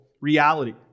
reality